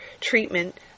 treatment